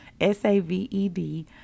S-A-V-E-D